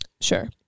Sure